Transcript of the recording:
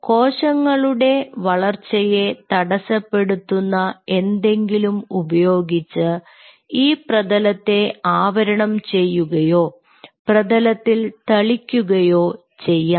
കോശങ്ങളുടെ വളർച്ചയെ തടസ്സപ്പെടുത്തുന്ന എന്തെങ്കിലും ഉപയോഗിച്ച് ഈ പ്രതലത്തെ ആവരണം ചെയ്യുകയോ പ്രതലത്തിൽ തളിക്കുകയോ ചെയ്യാം